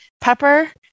pepper